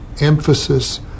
emphasis